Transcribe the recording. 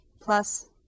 plus